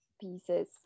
pieces